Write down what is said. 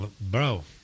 Bro